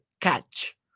catch